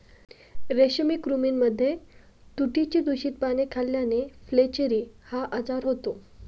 रेशमी कृमींमध्ये तुतीची दूषित पाने खाल्ल्याने फ्लेचेरी हा आजार होतो